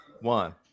one